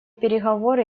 переговоры